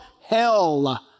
hell